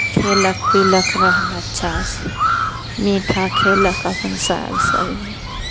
खयलक पीलक रहल अच्छासँ मीठा खयलक अपन साग सबजी